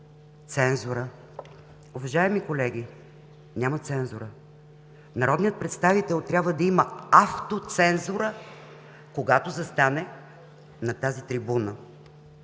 Цензура. Уважаеми колеги, няма цензура. Народният представител трябва да има автоцензура, когато застане на тази трибуна.